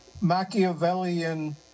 Machiavellian